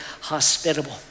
hospitable